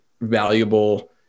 valuable